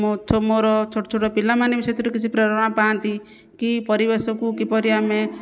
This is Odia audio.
ମୋ'ଠୁ ମୋର ଛୋଟ ଛୋଟ ପିଲାମାନେ ବି ସେଥିରୁ କିଛି ପ୍ରେରଣା ପାଆନ୍ତି କି ପରିବେଶକୁ କିପରି ଆମେ